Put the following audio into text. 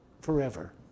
forever